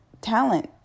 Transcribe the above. talent